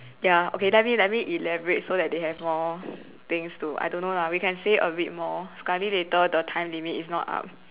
ya okay let me let me elaborate so that they have more things to I don't know lah we can say a bit more sekali later the time limit is not up